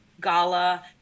Gala